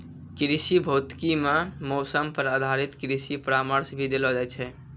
कृषि भौतिकी मॅ मौसम पर आधारित कृषि परामर्श भी देलो जाय छै